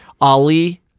Ali